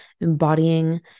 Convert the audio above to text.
embodying